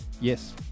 Yes